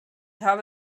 habe